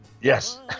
yes